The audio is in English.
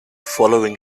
following